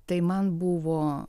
tai man buvo